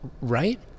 Right